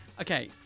Okay